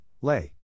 Lay